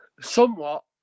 somewhat